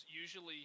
usually